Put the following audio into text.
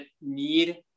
need